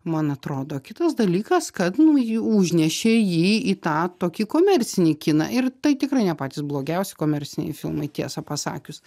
man atrodo kitas dalykas kad nu jį užnešė jį į tą tokį komercinį kiną ir tai tikrai ne patys blogiausi komerciniai filmai tiesą pasakius